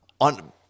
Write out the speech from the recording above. on